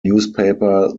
newspaper